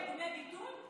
אפשר לשלם דמי ביטול,